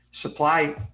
Supply